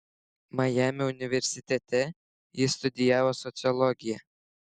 majamio universitete ji studijavo sociologiją